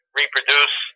reproduce